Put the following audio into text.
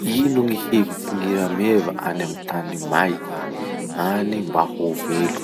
Ino gny hevitsin'ny rameva any amy tany maiky any mba ho velo?